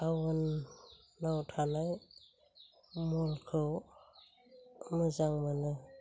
टाउनाव थानाय मलखौ मोजां मोनो